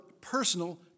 personal